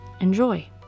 Enjoy